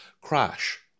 crash